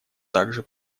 также